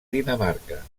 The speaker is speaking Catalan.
dinamarca